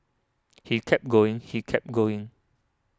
he kept going he kept going